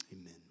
amen